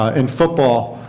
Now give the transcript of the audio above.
and football